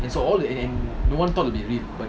and so all and and no thought it'll be real but